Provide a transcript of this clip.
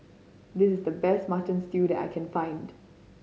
this is the best Mutton Stew that I can find